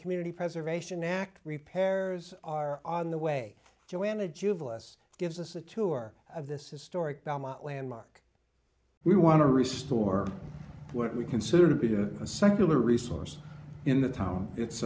community preservation act repairs are on the way joanna juv last gives us a tour of this historic belmont landmark we want to restore what we consider to be the secular resource in the town